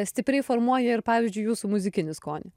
stipriai formuoja ir pavyzdžiui jūsų muzikinį skonį